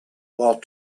while